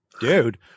dude